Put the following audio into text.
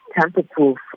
tamper-proof